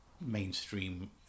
mainstream